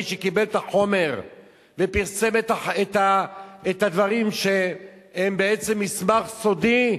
שקיבל את החומר ופרסם את הדברים שהם מסמך סודי,